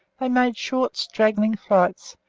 they made short straggling flights,